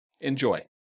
Enjoy